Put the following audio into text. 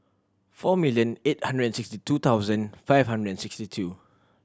four million eight hundred and sixty two thousand five hundred and sixty two